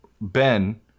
Ben